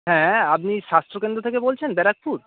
হ্যাঁ আপনি স্বাস্থ্য কেন্দ্র থেকে বলছেন ব্যারাকপুর